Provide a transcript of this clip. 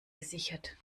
gesichert